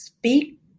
Speak